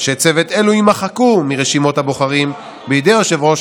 אנשי צוות אלה יימחקו מרשימות הבוחרים בידי יושב-ראש